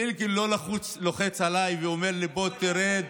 לא לוחץ עליי ואומר לי: בוא, תרד.